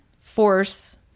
force